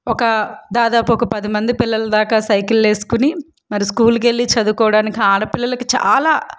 ఒక దాదాపు ఒక పది మంది పిల్లలుదాకా సైకెళ్ళేసుకోని మరి స్కూల్కి వెళ్ళి చదువుకోవడానికి ఆడపిల్లలకి చాలా